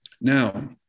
Now